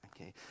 Okay